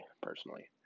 personally